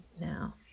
now